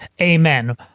amen